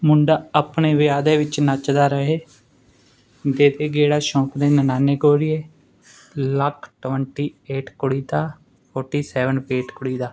ਮੁੰਡਾ ਆਪਣੇ ਵਿਆਹ ਦੇ ਵਿੱਚ ਨੱਚਦਾ ਰਹੇ ਦੇਦੇ ਗੇੜਾ ਸ਼ੌਂਕ ਦਾ ਨਣਾਨੇ ਗੋਰੀਏ ਲੱਕ ਟਵੈਂਟੀ ਏਟ ਕੁੜੀ ਦਾ ਫੋਟੀ ਸੈਵਨ ਵੇਟ ਕੁੜੀ ਦਾ